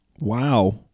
Wow